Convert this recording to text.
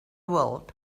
world